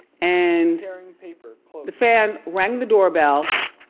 and the fan rang the doorbell,